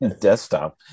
desktop